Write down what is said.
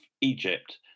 Egypt